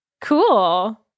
Cool